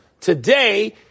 Today